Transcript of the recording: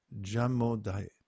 Jamodai